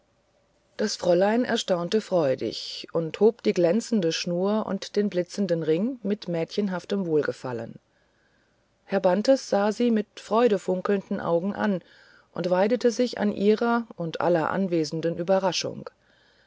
das fräulein erstaunte freudig und hob die glänzende schnur und den blitzenden ring mit mädchenhaftem wohlgefallen herr bantes sah sie mit freudefunkelnden augen an und weidete sich an ihrer und aller anwesenden überraschung